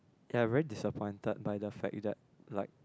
ya very disappointed by the fact that like